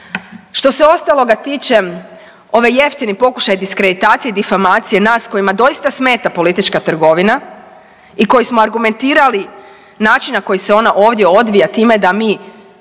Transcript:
Što se ostaloga tiče, ovaj jeftini pokušaj diskreditacije i difamacije nas kojima doista smeta politička trgovina i koji smo argumentirali način na koji se ona ovdje odvija time da mi